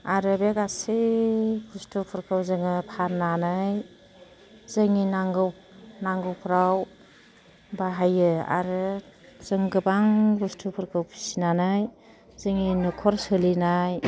आरो बे गासै बुस्तुफोरखौ जोङो फाननानै जोंनि नांगौ नांगौफ्राव बाहायो आरो जों गोबां बुस्तुफोरखौ फिसिनानै जोंनि नखर सोलिनाय